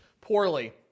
poorly